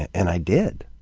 and i did.